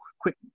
quick